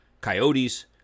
Coyotes